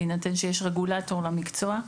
בהינתן שיש רגולטור למקצוע,